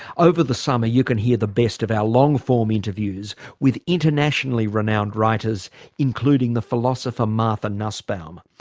over the summer you can hear the best of our long-form interviews with internationally renowned writers including the philosopher, martha nussbaum.